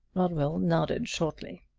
rodwell nodded shortly.